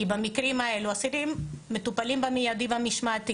כי במקרים האלו אסירים מטופלים במיידי במשמעתי